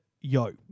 Yo